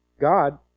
God